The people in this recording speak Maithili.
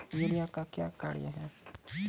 यूरिया का क्या कार्य हैं?